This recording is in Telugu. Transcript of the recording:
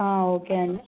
ఓకే అండి